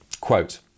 quote